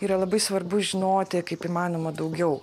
yra labai svarbu žinoti kaip įmanoma daugiau